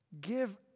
Give